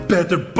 better